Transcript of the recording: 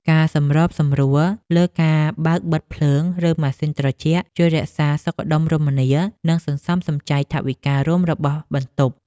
ការសម្របសម្រួលលើការបើកបិទភ្លើង ឬម៉ាស៊ីនត្រជាក់ជួយរក្សាសុខដុមរមនានិងសន្សំសំចៃថវិការួមរបស់បន្ទប់។